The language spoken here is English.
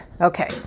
Okay